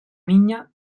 niña